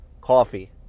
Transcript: coffee